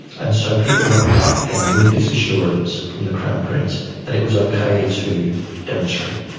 and so people went back then with this assurance from the crown prince that it was ok to demonstrate.